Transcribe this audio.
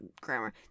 grammar